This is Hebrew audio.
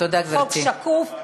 חוק שקוף,